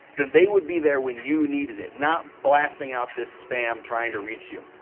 then they would be there when you needed it, not blasting out this spam trying to reach you.